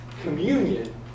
communion